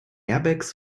airbags